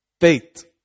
faith